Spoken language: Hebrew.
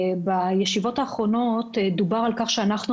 בישיבות האחרונות דובר על כך שאנחנו,